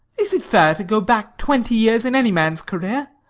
is it fair to go back twenty years in any man's career?